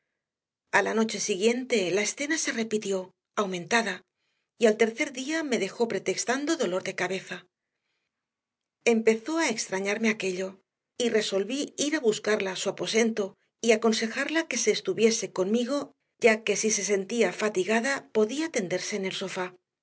la noche siguiente la escena se repitió aumentada y al tercer día me dejó pretextando dolor de cabeza empezó a extrañarme aquello y resolví ir a buscarla a su aposento y aconsejarla que se estuviese conmigo ya que si se sentía fatigada podía tenderse en el sofá